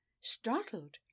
startled